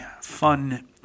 fun